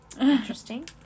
Interesting